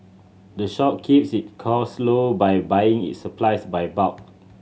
the shop keeps it cost low by buying its supplies by bulk